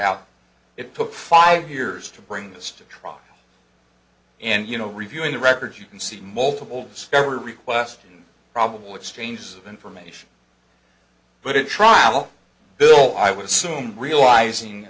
out it took five years to bring this to trial and you know reviewing the records you can see multiple discovery requests probable exchange of information but it trial bill i would assume realizing